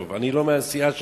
אני לא מהסיעה שלך,